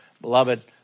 Beloved